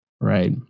right